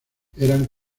eran